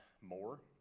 more